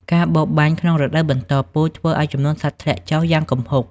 ការបរបាញ់ក្នុងរដូវបន្តពូជធ្វើឱ្យចំនួនសត្វធ្លាក់ចុះយ៉ាងគំហុក។